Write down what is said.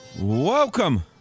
Welcome